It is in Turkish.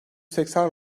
seksen